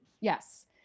Yes